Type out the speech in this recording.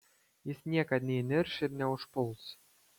jis niekad neįnirš ir neužpuls